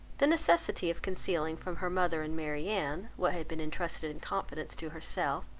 the necessity of concealing from her mother and marianne, what had been entrusted in confidence to herself,